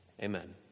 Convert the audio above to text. Amen